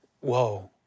whoa